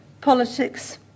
politics